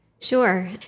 Sure